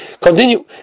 Continue